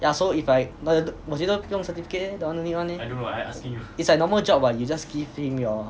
yeah so if I but then if 我觉得不用 certificate leh that [one] don't need one eh is like normal job but you just give in your